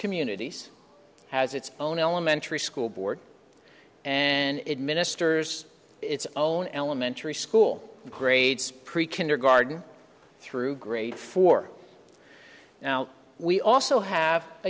communities has its own elementary school board and it ministers its own elementary school grades pre kindergarten through grade four now we also have a